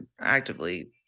actively